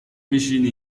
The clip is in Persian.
میشینی